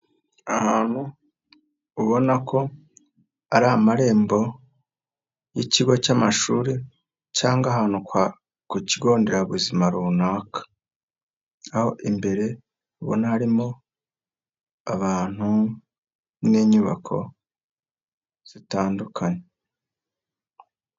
Ahantu ubona ko ari amarembo y'ikigo cy'amashuri cyangwa ahantu ku kigo nderabuzima runaka, imbere ubona harimo abantu n'inyubako zitandukanye.